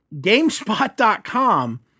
GameSpot.com